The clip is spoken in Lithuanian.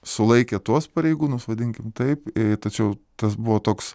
sulaikė tuos pareigūnus vadinkim taip tačiau tas buvo toks